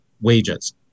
wages